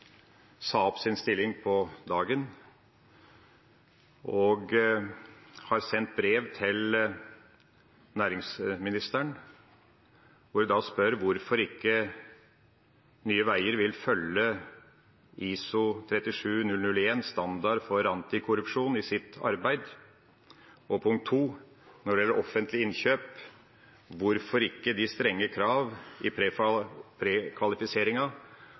sa opp sin stilling på dagen og har sendt brev til næringsministeren hvor hun spør hvorfor ikke Nye Veier vil følge ISO 37001 standard for antikorrupsjon i sitt arbeid, og, når det gjelder offentlig innkjøp, hvorfor ikke de strenge kravene i